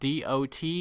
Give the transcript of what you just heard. dot